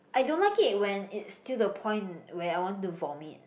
I don't like it when it's till the point where I want to vomit